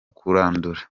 kurandura